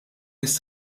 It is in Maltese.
nies